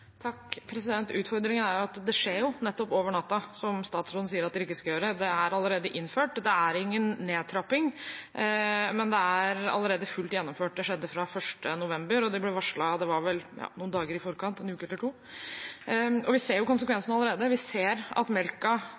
Utfordringen er jo at det skjer nettopp over natten, som statsråden sier at det ikke skal gjøre. Det er allerede innført. Det er ingen nedtrapping, men det er allerede fullt gjennomført. Det skjedde fra 1. november, og det ble vel varslet noen dager i forkant – en uke eller to. Vi ser konsekvensene allerede. Vi ser at